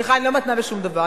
סליחה, אני לא מתנה בשום דבר.